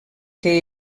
que